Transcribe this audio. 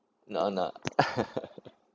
no no